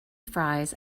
fries